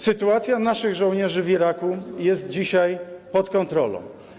Sytuacja naszych żołnierzy w Iraku jest dzisiaj pod kontrolą.